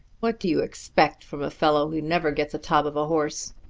what do you expect from a fellow who never gets a-top of a horse?